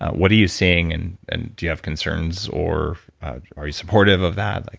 what are you seeing and and do you have concerns or are you supportive of that? like